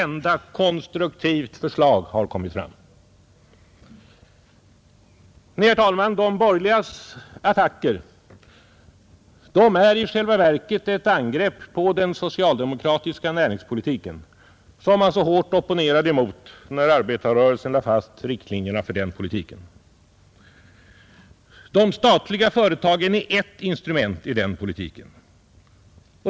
Nej, herr talman, de borgerligas attacker är i själva verket ett angrepp på den socialdemokratiska näringspolitiken, som man så hårt opponerade emot när arbetarrörelsen lade fast riktlinjerna för den politiken. De statliga företagen är ett instrument i den politiken.